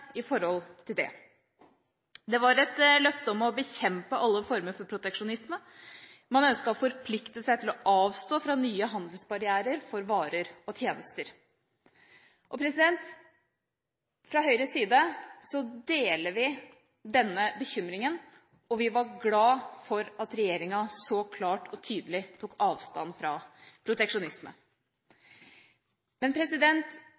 i forhold til det. Det var et løfte om å bekjempe alle former for proteksjonisme. Man ønsket å forplikte seg til å avstå fra nye handelsbarrierer for varer og tjenester. Fra Høyres side deler vi denne bekymringa, og vi var glade for at regjeringa så klart og tydelig tok avstand fra proteksjonisme. Men